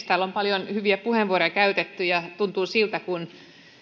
täällä on paljon hyviä puheenvuoroja käytetty mutta tuntuu siltä että